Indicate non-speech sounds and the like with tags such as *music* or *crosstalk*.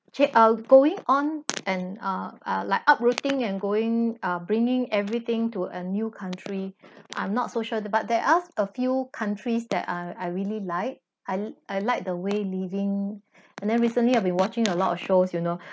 check out going on and uh uh like uprooting and going uh bringing everything to a new country *breath* I'm not so sure th~ but there are a few countries that uh I really like I I like the way living and then recently I've been watching a lot of shows you know